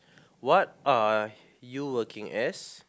what are you working as